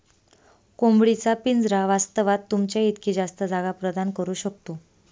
कोंबडी चा पिंजरा वास्तवात, तुमच्या इतकी जास्त जागा प्रदान करू शकतो